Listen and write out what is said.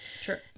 Sure